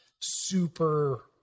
super